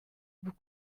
vous